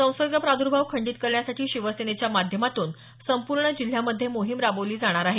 संसर्ग प्रादुर्भाव खंडित करण्यासाठी शिवसेनेच्या माध्यमातून संपूर्ण जिल्ह्यामध्ये मोहीम राबवली जाणार आहे